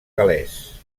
gal·lès